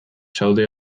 zaude